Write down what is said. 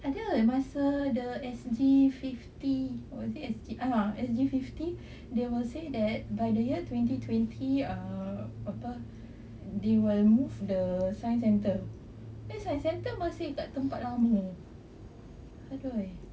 ada masa the S_G fifty was it S_G ah S_G fifty they say that by the year twenty twenty err apa they will move the science centre then science centre masih kat tempat lama !aduh!